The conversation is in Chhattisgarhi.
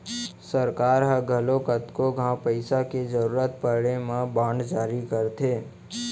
सरकार ह घलौ कतको घांव पइसा के जरूरत परे म बांड जारी करथे